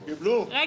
--- תודה.